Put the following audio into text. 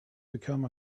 become